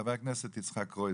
חבר הכנסת יצחק קרויזר.